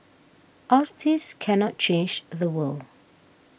artists cannot change the world